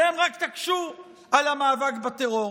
אתם רק תקשו על המאבק בטרור.